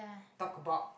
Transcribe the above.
talk about